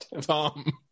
Tom